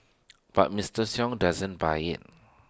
but Mister sung doesn't buy IT